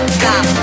stop